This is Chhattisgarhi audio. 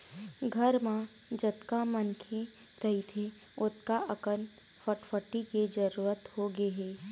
घर म जतका मनखे रहिथे ओतका अकन फटफटी के जरूरत होगे हे